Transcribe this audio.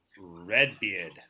Redbeard